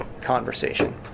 conversation